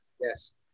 Yes